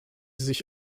sich